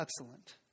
excellent